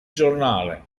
giornale